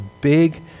big